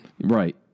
Right